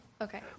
Okay